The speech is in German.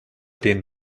denen